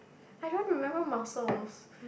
I don't remember mussels